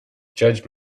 judge